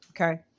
okay